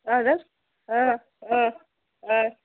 اَہَن حظ آ آ آ